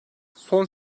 son